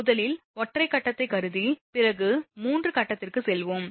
முதலில் ஒற்றை கட்டத்தைக் கருதி பிறகு 3 கட்டத்திற்குச் செல்வோம்